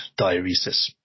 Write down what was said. diuresis